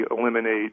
eliminate